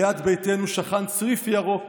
ליד ביתנו שכן צריף ירוק